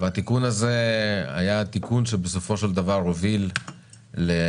והתיקון הזה בסופו של דבר הוביל לשיפור